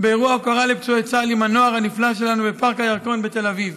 באירוע הוקרה לפצועי צה"ל עם הנוער הנפלא שלנו בפארק הירקון בתל אביב.